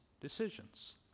decisions